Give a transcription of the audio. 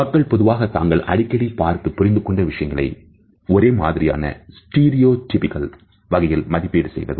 மக்கள் பொதுவாக தாங்கள் அடிக்கடி பார்த்து புரிந்துகொண்ட விஷயங்களை ஒரே மாதிரியானstereotypical வகையில் மதிப்பீடு செய்வார்கள்